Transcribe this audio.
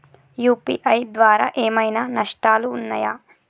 UPI ద్వారా ఏమైనా నష్టాలు ఉన్నయా?